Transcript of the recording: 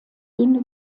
dünne